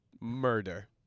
Murder